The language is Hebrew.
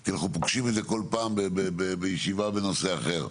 כי אנחנו פוגשים את זה כל פעם בישיבה בנושא אחר,